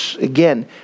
Again